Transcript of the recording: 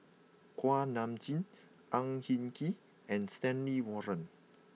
Kuak Nam Jin Ang Hin Kee and Stanley Warren